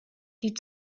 die